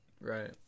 Right